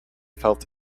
felt